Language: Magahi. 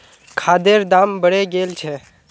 खादेर दाम बढ़े गेल छे